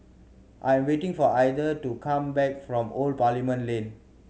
I am waiting for Ether to come back from Old Parliament Lane